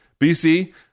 BC